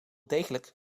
degelijk